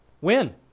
Win